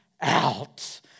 out